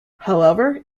however